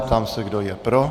Ptám se, kdo je pro.